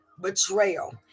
betrayal